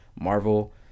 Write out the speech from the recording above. marvel